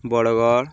Bargarh